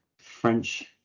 French